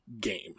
game